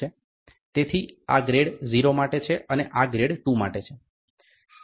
તેથી આ ગ્રેડ 0 માટે છે અને આ ગ્રેડ 2 માટે છે